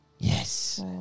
Yes